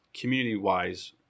community-wise